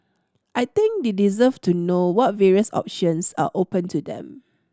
I think they deserve to know what various options are open to them